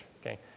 okay